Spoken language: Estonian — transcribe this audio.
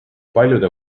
paljude